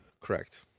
Correct